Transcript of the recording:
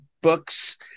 books